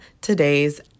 today's